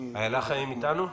איילה חיים אתנו?